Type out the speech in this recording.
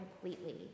completely